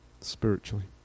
Spiritually